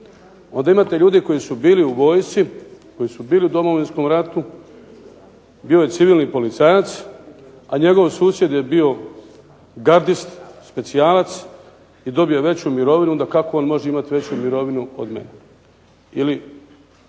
onda imate ljudi koji su bili u vojsci, koji su bili u Domovinskom ratu, bio je civilni policajac, a njegov susjed je bio gardist, specijalac, i dobio je veću mirovinu, onda kako on može imati veću mirovinu od mene.